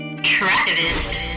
Travis